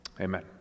amen